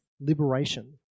liberation